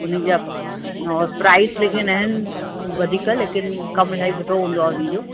उन्ही जा और प्राइस लेकिन आहिनि वधीक लेकिन कमु इलाही सुठो हूंदो आहे उन्ही जो